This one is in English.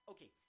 Okay